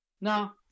Now